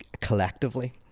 collectively